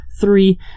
three